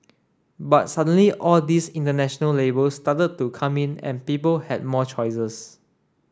but suddenly all these international labels started to come in and people had more choices